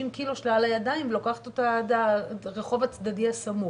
קילו שלה על הידיים ולוקחת אותה עד הרחוב הצדדי הסמוך.